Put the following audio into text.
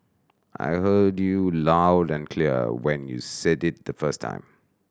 I heard you loud and clear when you said it the first time